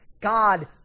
God